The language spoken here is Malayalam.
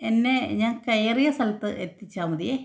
എന്നെ ഞാൻ കയറിയ സ്ഥലത്ത് എത്തിച്ചാൽ മതിയേ